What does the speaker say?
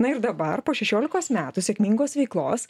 na ir dabar po šešiolikos metų sėkmingos veiklos